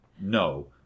No